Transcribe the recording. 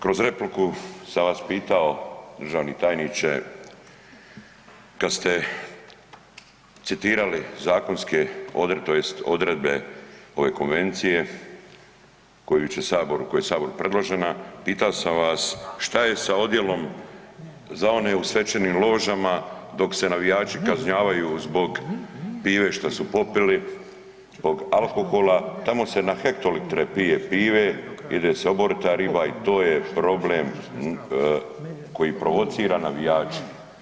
Kroz repliku sam vas pitao državni tajniče, kad ste citirali zakonske odredbe, tj. odredbe ove konvencije koja je Saboru predložena, pitao sam vas šta je sa odjelom za one u svečanim ložama dok se navijači kažnjavaju zbog pive što su popili, zbog alkohola, tamo se na hektolitre pije pive, jede se oborita riba i to je problem koji provocira navijače.